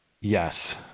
Yes